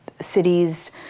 cities